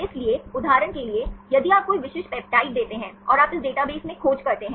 इसलिए उदाहरण के लिए यदि आप कोई विशिष्ट पेप्टाइड देते हैं और आप इस डेटाबेस में खोज करते हैं